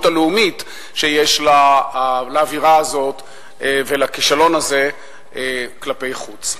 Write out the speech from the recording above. הלאומית שיש לאווירה הזאת ולכישלון הזה כלפי חוץ.